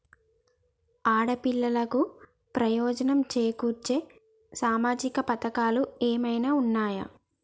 ఆడపిల్లలకు ప్రయోజనం చేకూర్చే సామాజిక పథకాలు ఏమైనా ఉన్నయా?